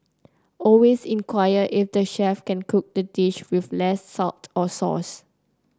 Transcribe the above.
always inquire if the chef can cook the dish with less salt or sauce